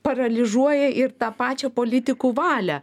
paralyžuoja ir tą pačią politikų valią